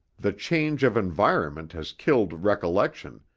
the change of environment has killed recollection,